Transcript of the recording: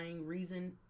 reason